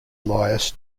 elias